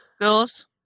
girls